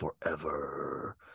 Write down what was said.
forever